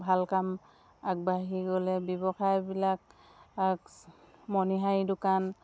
ভাল কাম আগবাঢ়ি গ'লে ব্যৱসায়বিলাক মণিহাৰী দোকান